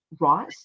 right